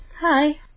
Hi